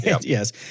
Yes